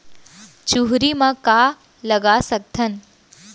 चुहरी म का लगा सकथन?